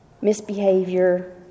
misbehavior